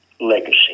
legacy